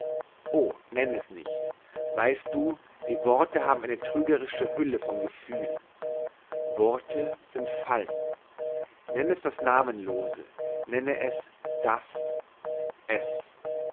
o nenn es nicht weißt du die worte haben eine trügerische hülle von gefühl worte sind fallen nenn es das namenlose nenne es das es